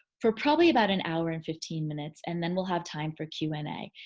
for probably about an hour and fifteen minutes and then we'll have time for q and a.